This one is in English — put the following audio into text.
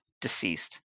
deceased